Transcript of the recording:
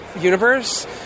universe